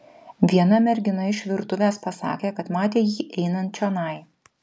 viena mergina iš virtuvės pasakė kad matė jį einant čionai